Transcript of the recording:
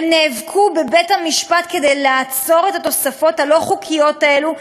נאבקה בבית-המשפט כדי לעצור את התוספות הלא-חוקיות האלה,